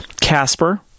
Casper